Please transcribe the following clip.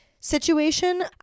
Situation